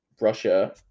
Russia